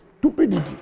stupidity